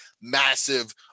massive